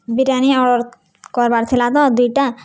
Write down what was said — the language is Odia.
ବିରିୟାନୀ ଅର୍ଡ଼ର୍ କର୍ବାର୍ ଥିଲା ତ ଦୁଇଟା